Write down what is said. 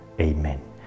Amen